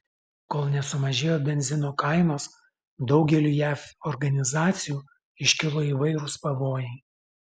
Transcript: kol nesumažėjo benzino kainos daugeliui jav organizacijų iškilo įvairūs pavojai